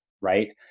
right